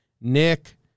Nick